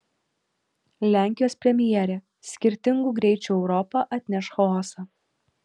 lenkijos premjerė skirtingų greičių europa atneš chaosą